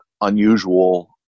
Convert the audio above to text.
unusual